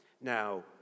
Now